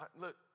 Look